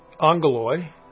angeloi